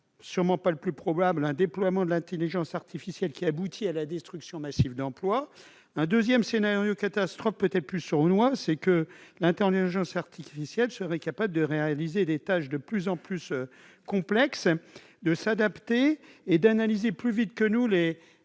sûrement pas le plus probable, consiste en un déploiement de l'intelligence artificielle aboutissant à la destruction massive d'emplois. Selon un deuxième scénario, peut-être plus sournois, l'intelligence artificielle serait capable de réaliser des tâches de plus en plus complexes, et de s'adapter et d'analyser plus vite que nous ;